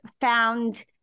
found